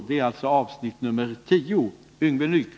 Granskning av